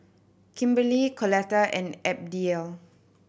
Kimberly Coletta and Abdiel